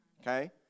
okay